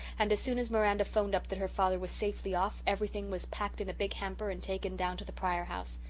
and as soon as miranda phoned up that her father was safely off everything was packed in a big hamper and taken down to the pryor house.